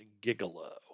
Gigolo